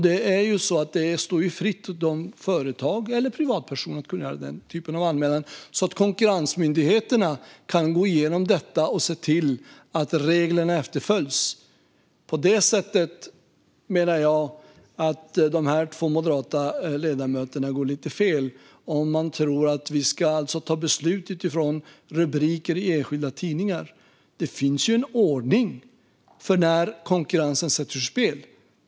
Det står företag och privatpersoner fritt att göra en sådan anmälan så att konkurrensmyndigheterna kan gå igenom detta och se till att reglerna efterföljs. På det sättet menar jag att dessa två moderata ledamöter går lite fel om de tror att vi ska fatta beslut utifrån rubriker i enskilda tidningar. Det finns en ordning för när konkurrensen sätts ur spel.